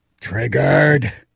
Triggered